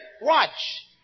watch